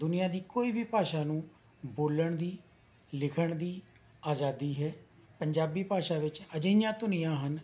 ਦੁਨੀਆ ਦੀ ਕੋਈ ਵੀ ਭਾਸ਼ਾ ਨੂੰ ਬੋਲਣ ਦੀ ਲਿਖਣ ਦੀ ਅਜ਼ਾਦੀ ਹੈ ਪੰਜਾਬੀ ਭਾਸ਼ਾ ਵਿੱਚ ਅਜਿਹੀਆਂ ਧੁਨੀਆਂ ਹਨ